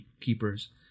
keepers